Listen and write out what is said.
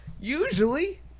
usually